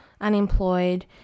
unemployed